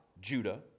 Judah